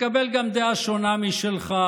תקבל גם דעה שונה משלך.